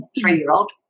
three-year-old